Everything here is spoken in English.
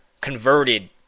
converted